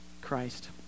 Christ